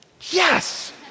Yes